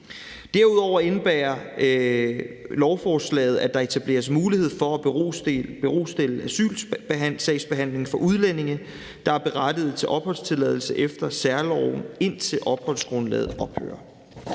Derudover indebærer lovforslaget, at der etableres mulighed for at berostille asylsagsbehandlingen for udlændinge, der er berettiget til opholdstilladelse efter særloven, indtil opholdsgrundlaget ophører.